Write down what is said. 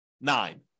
nine